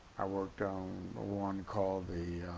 i worked on ah one called the